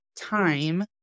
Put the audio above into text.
time